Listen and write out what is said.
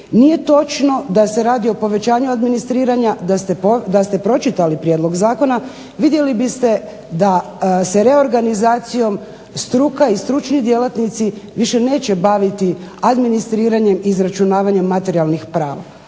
Nije točno da se radi o povećanju administriranja, da ste pročitali prijedlog zakona vidjeli biste da se reorganizacijom struka i stručni djelatnici više neće baviti administriranjem i izračunavanjem materijalnih prava.